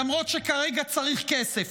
למרות שכרגע צריכים כסף.